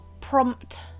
prompt